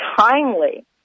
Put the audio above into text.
timely